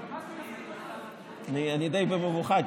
אני די במבוכה,